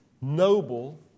noble